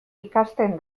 ikasten